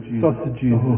sausages